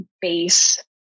base